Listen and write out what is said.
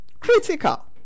Critical